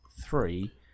three